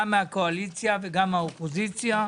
גם מהקואליציה וגם מהאופוזיציה.